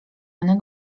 one